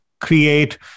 create